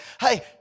Hey